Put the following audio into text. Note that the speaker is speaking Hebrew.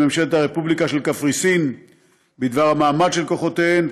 ממשלת הרפובליקה של קפריסין בדבר המעמד של כוחותיהן,